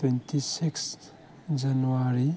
twenty six January